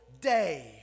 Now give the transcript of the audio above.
day